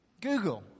Google